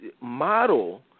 model